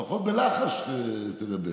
לפחות תדבר